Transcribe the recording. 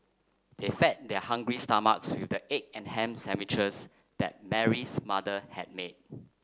they fed their hungry stomachs with the egg and ham sandwiches that Mary's mother had made